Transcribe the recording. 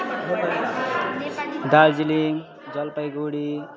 Darjeeling Jalpaiguri